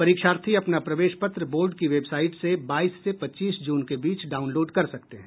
परीक्षार्थी अपना प्रवेश पत्र बोर्ड की वेबसाइट से बाइस से पच्चीस जून के बीच डाउनलोड कर सकते हैं